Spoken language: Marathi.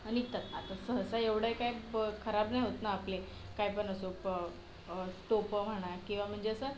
निघतात आता सहसा एवढं काही ब खराब नाही होत ना आपले काही पण असो प टोपं म्हणा किंवा म्हणजे असं